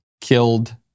killed